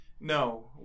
no